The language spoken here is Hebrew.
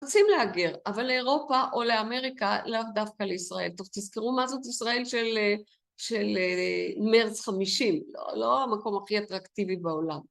רוצים להגר, אבל לאירופה או לאמריקה, לאו דווקא לישראל. טוב, תזכרו מה זאת ישראל של מרץ חמישים, לא המקום הכי אטראקטיבי בעולם.